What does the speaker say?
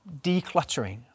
decluttering